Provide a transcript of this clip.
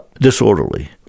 disorderly